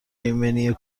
ایمنی